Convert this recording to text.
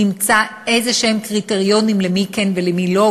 נמצא איזשהם קריטריונים למי כן ולמי לא,